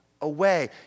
away